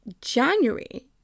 January